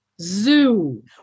Zoo